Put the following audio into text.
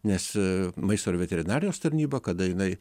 nes maisto ir veterinarijos tarnyba kada jinai